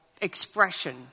expression